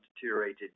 deteriorated